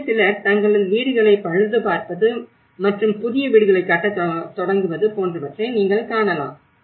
எனவே சிலர் தங்கள் வீடுகளை பழுதுபார்ப்பது மற்றும் புதிய வீடுகளை கட்டத் தொடங்குவது போன்றவற்றை நீங்கள் காணலாம்